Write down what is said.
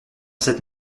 cette